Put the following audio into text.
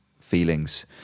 feelings